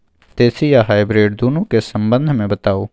देसी आ हाइब्रिड दुनू के संबंध मे बताऊ?